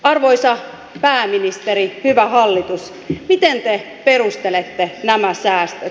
arvoisa pääministeri hyvä hallitus miten te perustelette nämä säästöt